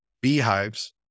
beehives